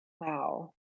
wow